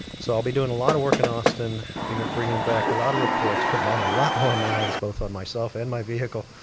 so i'll be doing a lot of work in austin, bringing bringing back a lot of reports, putting on a lot more miles both on myself and my vehicle.